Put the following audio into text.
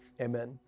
Amen